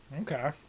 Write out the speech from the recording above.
Okay